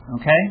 Okay